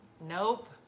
Nope